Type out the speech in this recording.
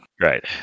Right